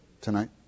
Tonight